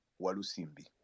Walusimbi